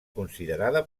considerada